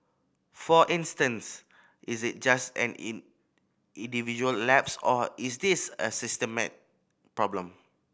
for instance is it just an individual lapse or is this a systemic problem